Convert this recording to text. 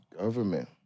Government